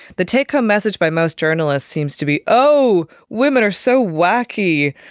the take-home message by most journalists seems to be, oh, women are so wacky',